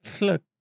Look